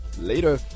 Later